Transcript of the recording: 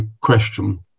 question